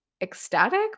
ecstatic